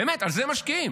באמת, בזה משקיעים.